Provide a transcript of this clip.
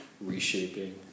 reshaping